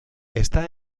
está